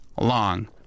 long